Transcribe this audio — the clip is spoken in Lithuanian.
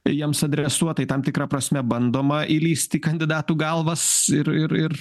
jiems adresuotai tam tikra prasme bandoma įlįst į kandidatų galvas ir ir ir